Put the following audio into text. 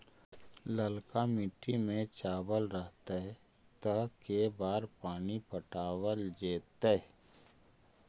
ललका मिट्टी में चावल रहतै त के बार पानी पटावल जेतै?